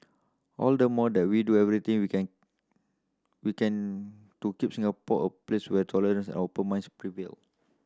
all the more that we do everything we can we can to keep Singapore a place where tolerance and open minds prevail